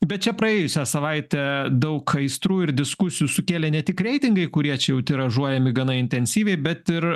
bet čia praėjusią savaitę daug aistrų ir diskusijų sukėlė ne tik reitingai kurie čia jau tiražuojami gana intensyviai bet ir